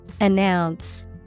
Announce